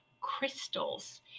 crystals